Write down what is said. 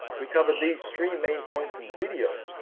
we covered these three main points in the video.